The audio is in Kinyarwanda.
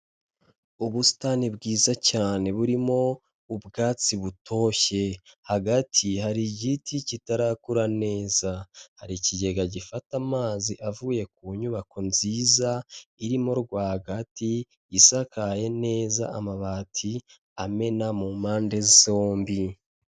Ubusitani bwiza cyane burimo, ubwatsi butoshye. Hagati hari igiti kitarakura neza. Hari ikigega gifata amazi avuye ku nyubako nziza, irimo rwagati, isakaye neza, amabati amena mu mpande zombi.